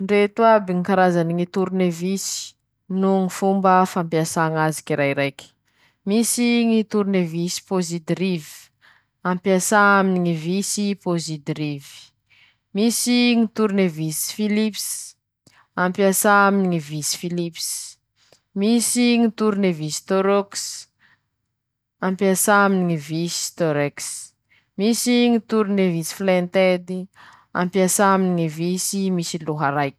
Reto aby ñy karazany ñy kiraro no aminy ñy fotoa ampiasà ñ'azy :ñy kiraro fandesy an-tsena, lafa teña ro mañan-tsena añy aminy ñy fiaiñan-teña andavanandro mañisy azy, misy ñy kiraro fitsinjaha, lafa avy ñy fotoa hamonjea fety, mitsinjake mañisy azy ;misy ñy kiraro kitroke, andesin-teña aminy ñ'andro manintsy ;misy ñy kiraro misinjaky, azonao andesy aminy ñ'andro mafana.